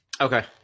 Okay